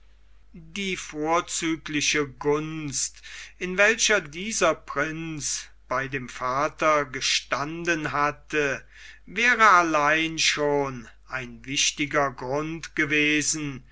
die vorzügliche gunst in welcher dieser prinz bei dem vater gestanden hatte wäre allein schon ein wichtiger grund gewesen